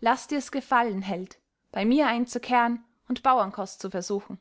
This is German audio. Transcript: laß dir's gefallen held bei mir einzukehren und bauernkost zu versuchen